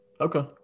Okay